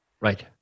Right